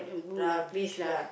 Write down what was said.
rubbish lah